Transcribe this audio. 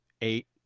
eight